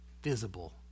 Visible